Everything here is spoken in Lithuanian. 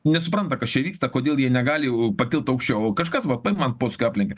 nesupranta kas čia vyksta kodėl jie negali pakilt aukščiau o kažkas paima ant posūkio aplenkia